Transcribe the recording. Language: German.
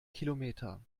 kilometer